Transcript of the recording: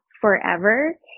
forever